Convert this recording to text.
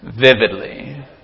vividly